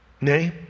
Nay